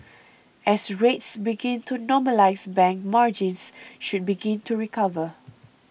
as rates begin to normalise bank margins should begin to recover